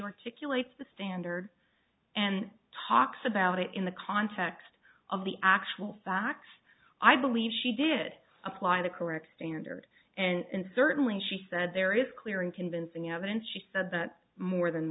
articulate the standard and talks about it in the context of the actual facts i believe she did apply the correct standard and certainly she said there is clearing convincing evidence she said that more than